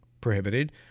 prohibited